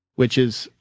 which is,